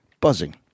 Buzzing